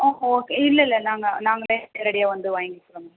ஆ okay இல்லைல்ல நாங்கள் நாங்கள் நேரடியாக வந்து வாங்கிறோம்